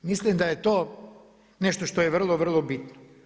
Mislim da je to nešto što je vrlo, vrlo bitno.